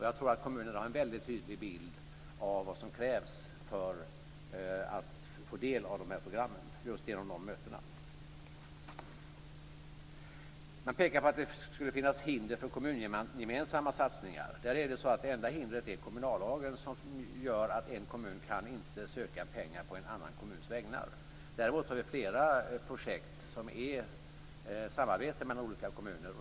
Jag tror att kommunerna har en väldigt tydlig bild av vad som krävs för att få del av programmen, just genom de mötena. Man pekar på att det skulle finnas hinder för kommungemensamma satsningar. Det enda hindret är kommunallagen, som gör att en kommun inte kan ansöka om pengar på en annan kommuns vägnar. Däremot stöder vi flera projekt som bedrivs i samarbete mellan olika kommuner.